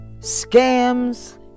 scams